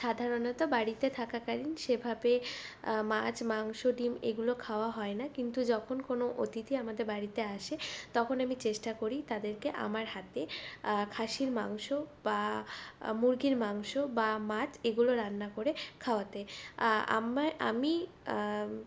সাধারণত বাড়িতে থাকাকালীন সেভাবে মাছ মাংস ডিম এগুলো খাওয়া হয় না কিন্তু যখন কোনো অতিথি আমাদের বাড়িতে আসে তখন আমি চেষ্টা করি তাদেরকে আমার হাতে খাসির মাংস বা মুরগির মাংস বা মাছ এগুলো রান্না করে খাওয়াতে আমি